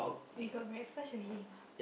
we got breakfast already lah